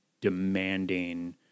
demanding